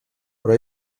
però